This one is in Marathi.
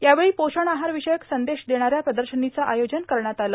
यावेळी पोषण आहार विषयक संदेश देणाऱ्या प्रदर्शनीचं आयोजन करण्यात आलं